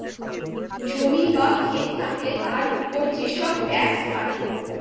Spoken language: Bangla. জমি বা খেত থাকলে তার উপর যেসব ট্যাক্স কাটে